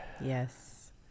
Yes